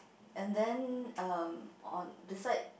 and then um on beside